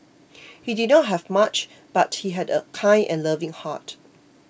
he did not have much but he had a kind and loving heart